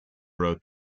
wrote